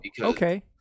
okay